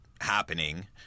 happening